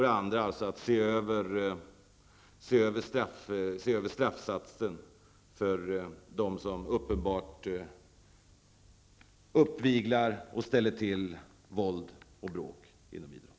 Det andra förslaget innebär att man skall se över straffsatserna beträffande dem som uppenbart uppviglar och ställer till våld och bråk inom idrotten.